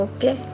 Okay